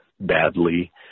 Badly